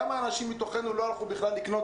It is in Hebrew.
כמה אנשים מתוכנו לא הלכו בכלל לקנות